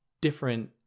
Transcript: different